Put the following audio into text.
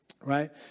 right